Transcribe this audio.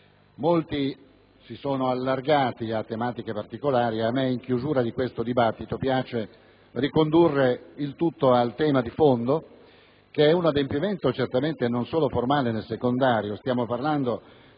molti si sono allargati a tematiche particolari: a me, in chiusura di questo dibattito, piace ricondurre il tutto al tema di fondo, che è quello di un adempimento non solo formale né secondario. Siamo chiamati,